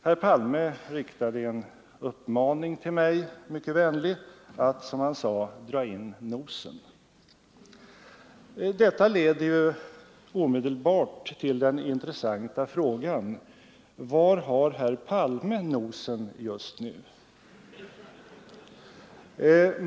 Herr Palme riktade en uppmaning till mig — mycket vänligt — att dra in nosen. Detta leder omedelbart till den intressanta frågan: Var har herr Palme nosen just nu?